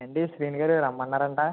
ఏమండి శ్రీనుగారు రమ్మన్నారంట